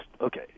okay